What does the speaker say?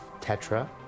tetra